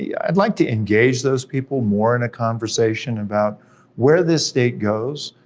yeah i'd like to engage those people more in a conversation about where this state goes,